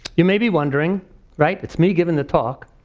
you may be wondering right, it's me giving the talk,